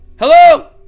hello